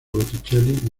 botticelli